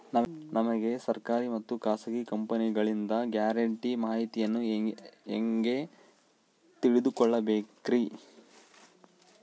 ನಮಗೆ ಸರ್ಕಾರಿ ಮತ್ತು ಖಾಸಗಿ ಕಂಪನಿಗಳಿಂದ ಗ್ಯಾರಂಟಿ ಮಾಹಿತಿಯನ್ನು ಹೆಂಗೆ ತಿಳಿದುಕೊಳ್ಳಬೇಕ್ರಿ?